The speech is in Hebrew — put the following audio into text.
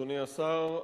אדוני השר,